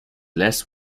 less